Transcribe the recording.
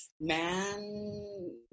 man